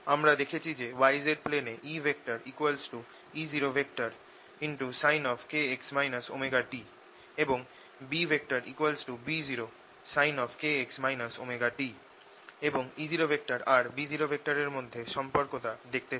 আমরা দেখেছি যে yz প্লেনে E E0sin⁡kx ωt এবং B B0sin⁡kx ωt এবং E0 আর B0 এর মধ্যে সম্পর্কটা দেখতে চাই